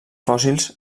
fòssils